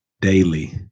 daily